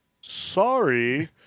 Sorry